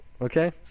okay